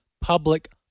public